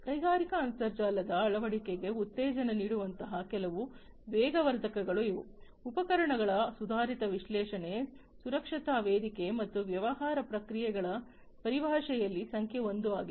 ಕೈಗಾರಿಕಾ ಅಂತರ್ಜಾಲದ ಅಳವಡಿಕೆಗೆ ಉತ್ತೇಜನ ನೀಡುವಂತಹ ಕೆಲವು ವೇಗವರ್ಧಕಗಳು ಇವು ಉಪಕರಣಗಳ ಸುಧಾರಿತ ವಿಶ್ಲೇಷಣೆ ಸುರಕ್ಷತಾ ವೇದಿಕೆ ಮತ್ತು ವ್ಯವಹಾರ ಪ್ರಕ್ರಿಯೆಗಳ ಪರಿಭಾಷೆಯಲ್ಲಿ ಸಂಖ್ಯೆ 1 ಆಗಿದೆ